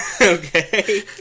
Okay